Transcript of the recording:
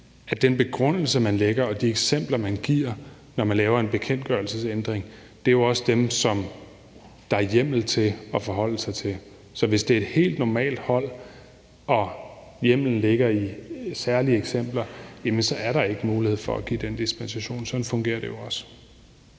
at den begrundelse, man lægger til grund, og de eksempler, man giver, når man laver en bekendtgørelsesændring, jo også er dem, som der er hjemmel til at forholde sig til. Så hvis det er et helt normalt hold og hjemmelen ligger i særlige eksempler, er der ikke mulighed for at give den dispensation. Sådan fungerer det jo også.